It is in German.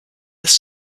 ist